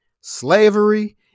slavery